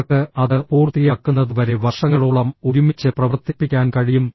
അവർക്ക് അത് പൂർത്തിയാക്കുന്നതുവരെ വർഷങ്ങളോളം ഒരുമിച്ച് പ്രവർത്തിപ്പിക്കാൻ കഴിയും